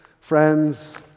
friends